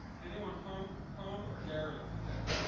anyone hung hung or garroted to death,